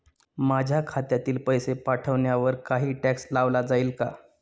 माझ्या खात्यातील पैसे पाठवण्यावर काही टॅक्स लावला जाईल का?